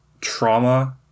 trauma